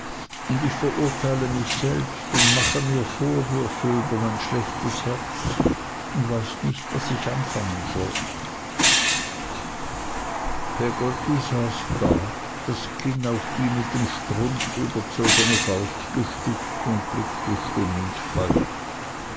und ich verurteile mich selbst und mache mir vorwürfe über mein schlechtes herz und weiß nicht was ich anfangen soll peggotty saß da das kinn auf die mit dem strumpf überzogene faust gestützt und blickte stumm ins feuer